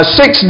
six